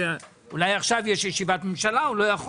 אולי עכשיו יש ישיבת ממשלה והוא לא יכול